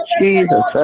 Jesus